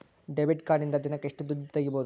Debit ಕಾರ್ಡಿನಿಂದ ದಿನಕ್ಕ ಎಷ್ಟು ದುಡ್ಡು ತಗಿಬಹುದು?